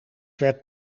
werd